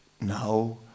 now